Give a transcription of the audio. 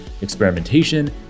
experimentation